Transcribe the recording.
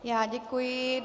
Já děkuji.